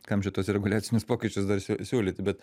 kam čia tuos reguliacinius pokyčius dar siūlyti bet